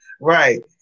right